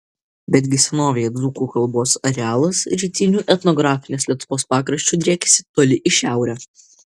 betgi senovėje dzūkų kalbos arealas rytiniu etnografinės lietuvos pakraščiu driekėsi toli į šiaurę